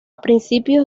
principios